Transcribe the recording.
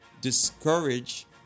discourage